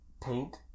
Paint